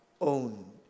own